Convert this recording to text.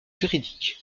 juridique